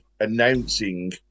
announcing